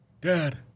Dad